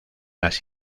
las